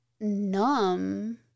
numb